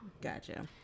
Gotcha